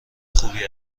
خوبی